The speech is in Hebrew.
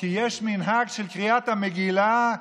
כי יש מנהג של קריאת המגילה,